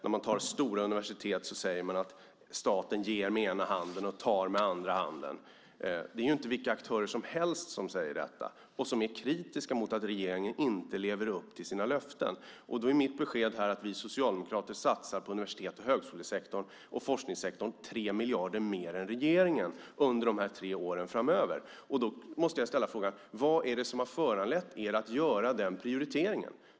Från de stora universiteten säger man att staten ger med ena handen och tar med andra handen. Det är inte vilka aktörer som helst som säger detta och som är kritiska mot att regeringen inte lever upp till sina löften. Då är mitt besked här att vi socialdemokrater satsar på universitets och högskolesektorn och forskningssektorn 3 miljarder mer än regeringen under tre år framöver. Då måste jag ställa frågan: Vad är det som har föranlett er att göra den här prioriteringen?